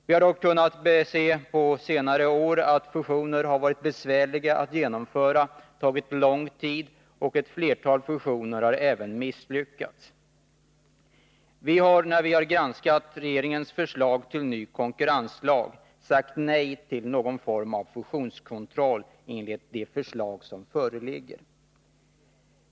Vi har dock på senare år kunnat se att fusioner har varit besvärliga och tagit lång tid att genomföra och även att flera fusioner har misslyckats. Sedan vi granskat regeringens förslag till ny konkurrenslag har vi sagt nej till varje form av fusionskontroll enligt de förslag som föreligger.